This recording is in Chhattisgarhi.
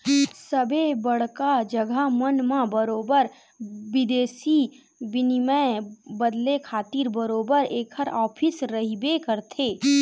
सबे बड़का जघा मन म बरोबर बिदेसी बिनिमय बदले खातिर बरोबर ऐखर ऑफिस रहिबे करथे